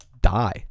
die